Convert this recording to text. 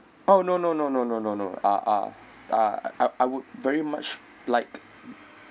oh no no no no no no no uh uh uh I I would very much like